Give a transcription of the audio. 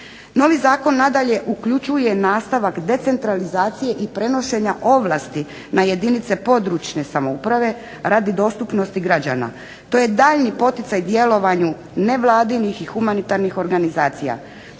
Novi zakon nadalje uključuje nastavak decentralizacije i prenošenja ovlasti na jedinice područne samouprave radi dostupnosti građana. to je daljnji poticaj djelovanju nevladinih i humanitarnih organizacija.